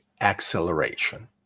acceleration